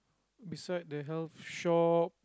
beside the health shop